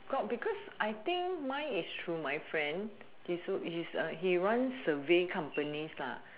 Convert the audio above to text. got because I think mine is through my friend his so he's a he runs survey companies lah